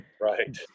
Right